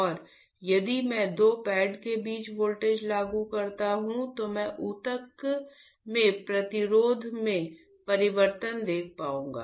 और यदि मैं दो पैडों के बीच वोल्टेज लगाता हूं तो मैं ऊतक के प्रतिरोध में परिवर्तन देख पाऊंगा